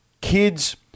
kids